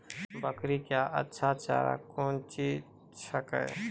बकरी क्या अच्छा चार कौन चीज छै के?